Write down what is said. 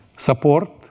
support